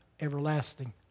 everlasting